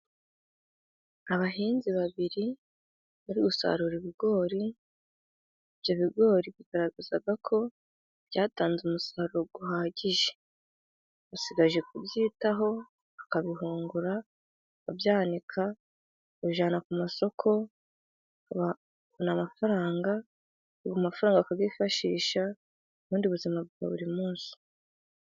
Abahinzi babiri bari gusarura ibigori, ibyo bigori bigaragaza ko byatanze umusaruro uhagije usigaje kubyitaho akabihungura akanika, ajyana ku masoko amafaranga akabyifashisha ubundi buzima bwa buri munsi.